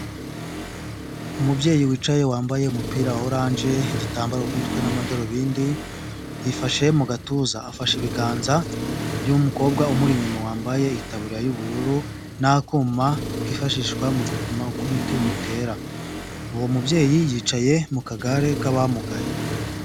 Umubyeyi wicaye wambaye umupira wa orange, igitambaro kutwe n'amadarubindi, yifashe mu gatuza afashe ibiganza by'mukobwa umuri inyuma wambaye itaburiya yubururu n'akuma kifashishwa mu gupima uko umutima utera, uwo mubyeyi yicaye mu kagare k'abamugaye.